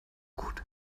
gut